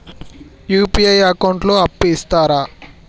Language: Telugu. యూ.పీ.ఐ అకౌంట్ లో అప్పు ఇస్తరా?